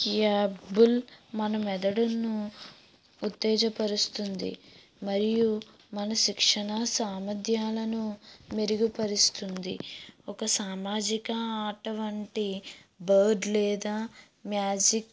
స్కయాబుల్ మన మెదడును ఉత్తేజపరుస్తుంది మరియు మన శిక్షణ సామర్థ్యాలను మెరుగుపరుస్తుంది ఒక సామాజిక ఆట వంటి బర్డ్ లేదా మ్యాజిక్